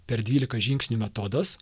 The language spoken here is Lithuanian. per dvylika žingsnių metodas